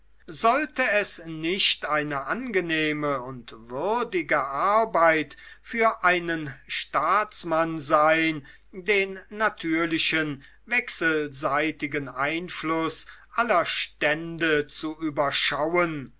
sollte es nicht eine angenehme und würdige arbeit für einen staatsmann sein den natürlichen wechselseitigen einfluß aller stände zu überschauen